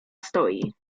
stoi